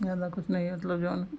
ज़्यादा कुछ नहीं है मतलब जो है